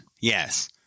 Yes